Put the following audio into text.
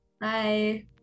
Bye